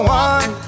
one